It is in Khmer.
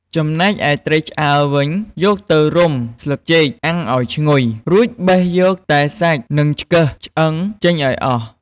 ចំណែកឯត្រីឆ្អើរវិញ យកទៅរុំស្លឹកចេកអាំងឱ្យឈ្ងុយ រួចបេះយកតែសាច់និងឆ្កឹះឆ្អឹងចេញឱ្យអស់។